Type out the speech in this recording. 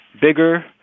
bigger